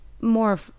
more